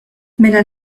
mela